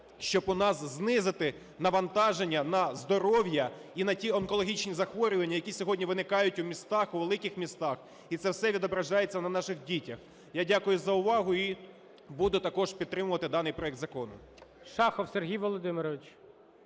щоб у нас знизити навантаження на здоров'я і на онкологічні захворювання, які сьогодні виникають у містах, у великих містах, і це все відображається на наших дітях. Я дякую за увагу. І буду також підтримувати даний проект закону.